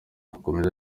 yakomeje